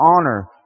honor